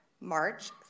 March